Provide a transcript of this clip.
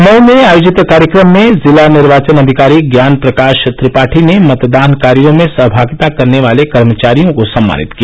मऊ में आयोजित कार्यक्रम में जिला निर्वाचन अधिकारी ज्ञान प्रकाश त्रिपाठी ने मतदान कार्यो में सहभागिता करने वाले कर्मचारियों को सम्मानित किया